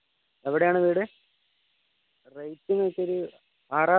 എവിടെ ആണ് വീട് റേറ്റ് നിങ്ങൾക്ക് ഒരു ആറായിരം രൂപ വരും